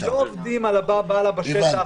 הם לא עובדים בשטח איך שבא להם.